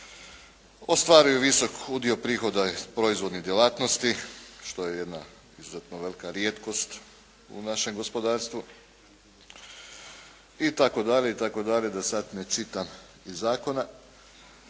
ostvaruju visok udio prihoda iz proizvodnih djelatnosti, što je jedna izuzetno velika rijetkost u našem gospodarstvu itd., itd. da sad ne čitam iz zakona.